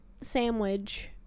sandwich